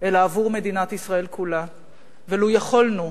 אלא עבור מדינת ישראל כולה ולו יכולנו,